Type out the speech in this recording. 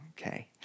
okay